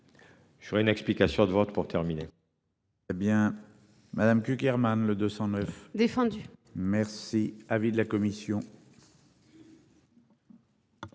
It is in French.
Je voudrais une explication de vote pour terminer.